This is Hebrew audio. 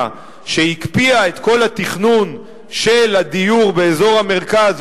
שהקפיאה את כל התכנון של הדיור באזור המרכז,